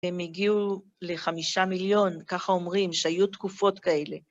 הם הגיעו לחמישה מיליון, ככה אומרים, שהיו תקופות כאלה.